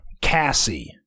Cassie